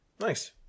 Nice